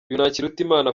ntakirutimana